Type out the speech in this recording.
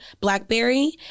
blackberry